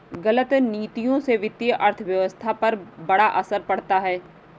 गलत नीतियों से वित्तीय अर्थव्यवस्था पर बड़ा असर पड़ता है